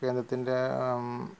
കേന്ദ്രത്തിന്റെ